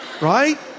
Right